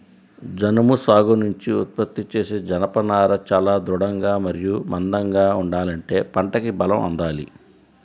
జనుము సాగు నుంచి ఉత్పత్తి చేసే జనపనార చాలా దృఢంగా మరియు మందంగా ఉండాలంటే పంటకి బలం అందాలి